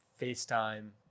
FaceTime